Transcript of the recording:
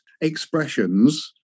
expressions